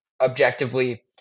objectively